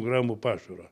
gramų pašaro